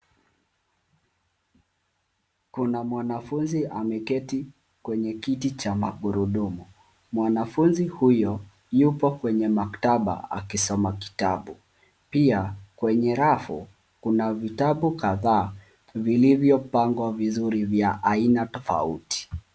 Kuna mwanafunzi ameketi kwenye kiti cha magurudumu. Mwanafunzi huyo Yuko kwenye maktaba akisoma kitabu. Pia kwenye rafu kuna vitabu kadhaa vilivyopangwa vizuri kwa aina tofauti.